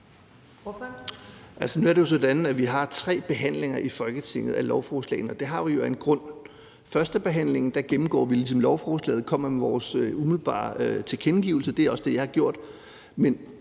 Nu er det jo sådan, at vi har tre behandlinger af lovforslag i Folketinget. Det har vi jo af en grund. Ved førstebehandlingen gennemgår vi ligesom lovforslaget og kommer med vores umiddelbare tilkendegivelse, og det er også det, jeg har gjort.